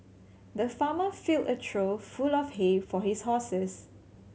the farmer filled a trough full of hay for his horses